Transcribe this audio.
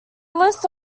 list